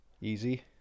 Easy